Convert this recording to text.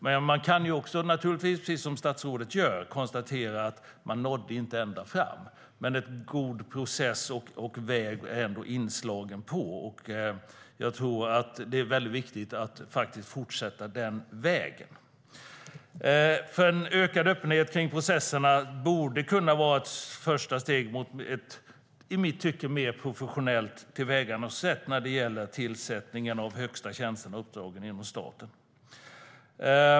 Vi kan konstatera, precis som statsrådet gör, att man inte nådde ända fram, men man har trots allt slagit in på en god väg. Jag tror att det är viktigt att fortsätta på den vägen. En ökad öppenhet kring processerna borde kunna vara ett första steg mot ett i mitt tyckte mer professionellt tillvägagångssätt när det gäller tillsättningen av de högsta tjänsterna och uppdragen i staten.